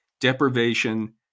deprivation